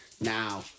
Now